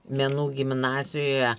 menų gimnazijoje